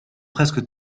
presque